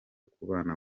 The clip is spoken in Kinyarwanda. kubana